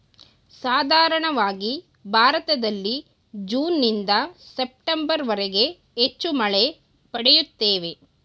ಸಾಧಾರಣವಾಗಿ ಭಾರತದಲ್ಲಿ ಜೂನ್ನಿಂದ ಸೆಪ್ಟೆಂಬರ್ವರೆಗೆ ಹೆಚ್ಚು ಮಳೆ ಪಡೆಯುತ್ತೇವೆ